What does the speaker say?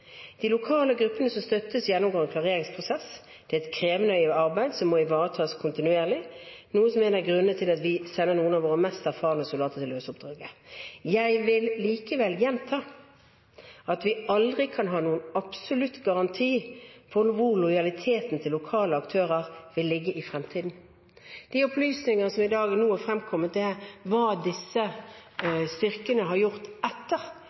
lokale gruppene som støttes, gjennomgår en klareringsprosess. Det er et krevende arbeid som må ivaretas kontinuerlig, noe som er en av grunnene til at vi sender noen av våre mest erfarne soldater til å løse oppdraget. Jeg vil likevel gjenta at vi aldri kan ha noen absolutt garanti for hvor lojaliteten til lokale aktører ligger i fremtiden.» De opplysninger som i dag er fremkommet, er hva disse styrkene har gjort etter